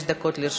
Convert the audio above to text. חמש דקות לרשותך.